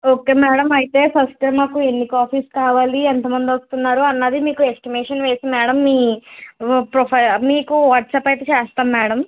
okay madam అయితే first time మాకు ఎన్ని కాఫీస్ కావాలి ఎంతమంది వస్తున్నారు అన్నది మీకు ఎస్టిమేషన్ వేసి మేడం మీ ప్రొఫైల్ మీకు వాట్సాప్ అయితే చేస్తాం మేడం